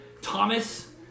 Thomas